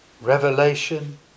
revelation